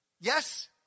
yes